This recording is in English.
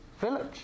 village